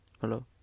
Hello